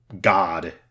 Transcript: god